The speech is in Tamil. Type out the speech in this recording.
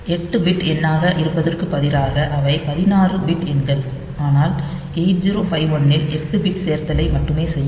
8 பிட் எண்ணாக இருப்பதற்கு பதிலாக அவை 16 பிட் எண்கள் ஆனால் 8051 ல் 8 பிட் சேர்த்தலை மட்டுமே செய்யும்